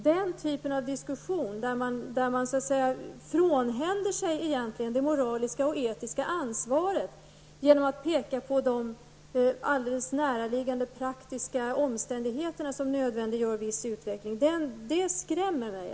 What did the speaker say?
Den typen av diskussion där man frånhänder sig det moraliska och etiska ansvaret genom att peka på alldeles näraliggande praktiska omständigheter som nödvändiggör en viss utveckling skrämmer mig.